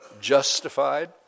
justified